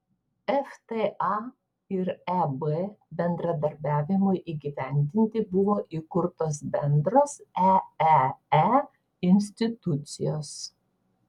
efta ir eb bendradarbiavimui įgyvendinti buvo įkurtos bendros eee institucijos